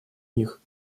них